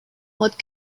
what